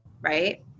right